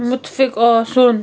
مُتفِق آسُن